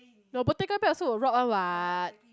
your Bottega bag also will rot one what